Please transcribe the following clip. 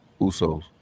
Usos